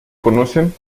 conocen